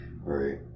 right